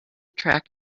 track